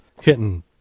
hitting